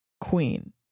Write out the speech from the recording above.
queen